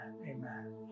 amen